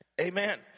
Amen